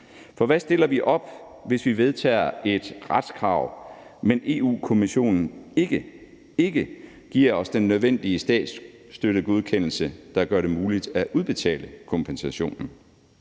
For hvad stiller vi op, hvis vi vedtager et retskrav, men Europa-Kommissionen ikke giver os den nødvendige statsstøttegodkendelse, der gør det muligt at udbetale kompensationen?